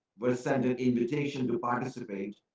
but sent an invitation to participate.